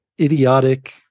idiotic